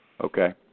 Okay